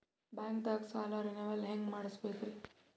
ಬ್ಯಾಂಕ್ದಾಗ ಸಾಲ ರೇನೆವಲ್ ಹೆಂಗ್ ಮಾಡ್ಸಬೇಕರಿ?